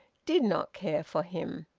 did not care for him.